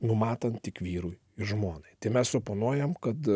numatant tik vyrui ir žmonai tai mes suponuojam kad